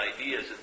ideas